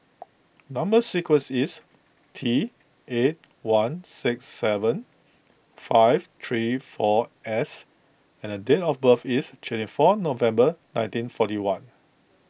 Number Sequence is T eight one six seven five three four S and the date of birth is twenty four November nineteen forty one